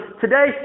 Today